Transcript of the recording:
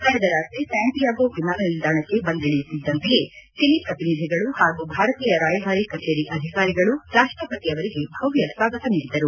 ಕಳೆದ ರಾತ್ರಿ ಸ್ಲಾಂಟಿಯೊಗೊ ವಿಮಾನ ನಿಲ್ಲಾಣಕ್ಕೆ ಬಂದಿಳಿಯುತ್ತಿದ್ದಂತೆಯೇ ಚಿಲಿ ಪ್ರತಿನಿಧಿಗಳು ಹಾಗೂ ಭಾರತೀಯ ರಾಯಬಾರಿ ಕಚೇರಿ ಅಧಿಕಾರಿಗಳು ರಾಷ್ಟಪತಿ ಅವರಿಗೆ ಭವ್ತ ಸ್ವಾಗತ ನೀಡಿದರು